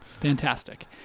Fantastic